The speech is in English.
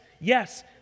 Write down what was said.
Yes